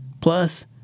Plus